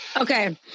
Okay